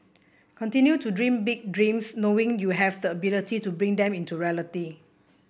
continue to dream big dreams knowing you have the ability to bring them into reality